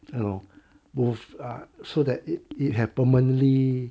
you know both lah so that it it had permanently